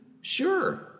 Sure